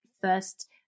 first